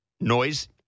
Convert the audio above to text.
noise